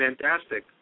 fantastic